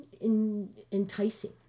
enticing